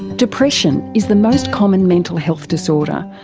depression is the most common mental health disorder,